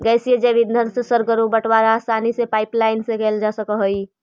गैसीय जैव ईंधन से सर्गरो बटवारा आसानी से पाइपलाईन से कैल जा सकऽ हई